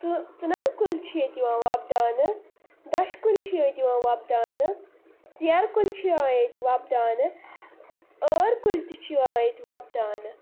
ژٕ ژٕنَن کُلۍ چھِ ییٚتہِ یِوان وۄپداونہٕ دَچھِ کُلۍ چھِ ییٚتہِ یِوان وۄپداونہٕ ژیرٕ کُلۍ چھِ یِوان ییٚتہِ وۄپداونہٕ ٲرۍ کُلۍ تہِ چھِ یِوان ییٚتہِ وۄپداونہٕ